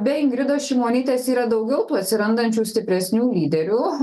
be ingridos šimonytės yra daugiau atsirandančių stipresnių lyderių